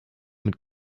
mit